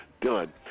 done